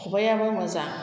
खबाइआबो मोजां